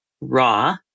raw